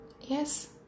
Yes